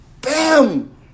bam